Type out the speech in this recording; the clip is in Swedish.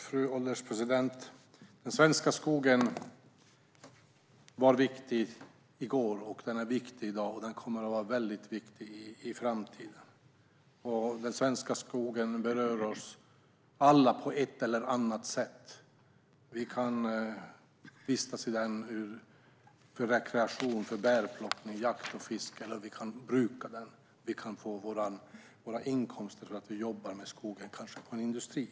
Fru ålderspresident! Den svenska skogen var viktig i går, den är viktig i dag och den kommer att vara mycket viktig i framtiden. Den svenska skogen berör oss alla på ett eller annat sätt. Vi kan vistas i den för rekreation, för bärplockning, för jakt och för fiske. Vi kan också bruka den och få våra inkomster från den för att vi jobbar med skogen, kanske i en industri.